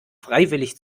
freiwillig